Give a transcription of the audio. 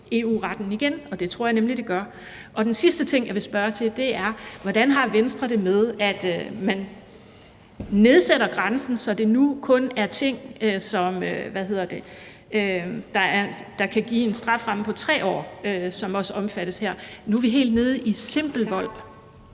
EU-retten igen, for det tror jeg nemlig det gør? Og den sidste ting, jeg vil spørge til, er, hvordan Venstre har det med, at man nedsætter grænsen, så det nu kun er for noget, der ligger inden for en strafferamme på 3 år, som også omfattes her? Nu er vi helt nede ved simpel vold?